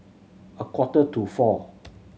a quarter to four